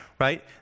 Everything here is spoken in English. right